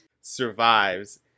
survives